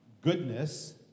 goodness